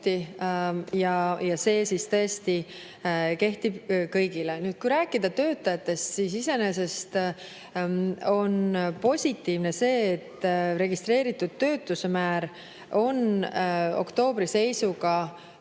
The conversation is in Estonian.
ja see tõesti kehtib kõigile. Kui rääkida töötajatest, siis iseenesest on positiivne see, et registreeritud töötuse määr on oktoobri seisuga